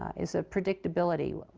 is of predictability.